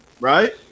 right